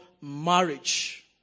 marriage